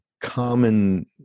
common